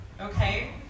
Okay